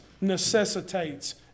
necessitates